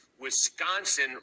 Wisconsin